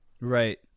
Right